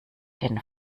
den